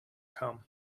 come